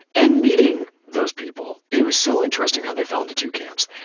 and meeting those people, it was so interesting how they fell into two camps.